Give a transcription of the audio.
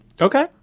Okay